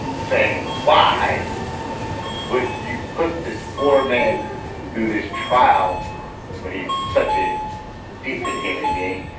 saying, why would you put this poor man through this trial when he's such a decent human being?